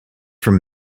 from